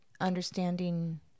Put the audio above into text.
understanding